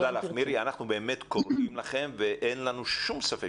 מירי, אנחנו באמת קוראים לכם לשמור על הדור הזה